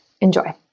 enjoy